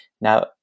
now